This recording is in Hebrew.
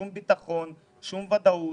שום ביטחון ושום ודאות.